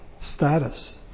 status